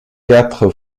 quatre